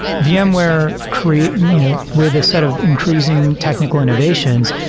vmware create you know with a set of increasing technical innovations,